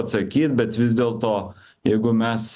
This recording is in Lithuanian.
atsakyt bet vis dėlto jeigu mes